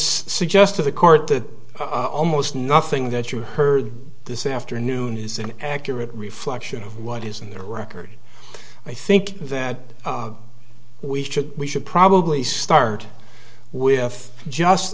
suggest to the court that almost nothing that you heard this afternoon is an accurate reflection of what is in the record i think that we should we should probably start with just